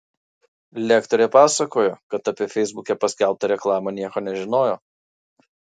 lektorė pasakojo kad apie feisbuke paskelbtą reklamą nieko nežinojo